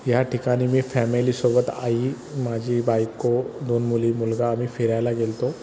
ह्या ठिकाणी मी फॅमेलीसोबत आई माझी बायको दोन मुली मुलगा आम्ही फिरायला गेलो होतो